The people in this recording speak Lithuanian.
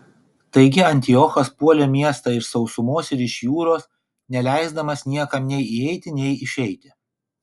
taigi antiochas puolė miestą iš sausumos ir iš jūros neleisdamas niekam nei įeiti nei išeiti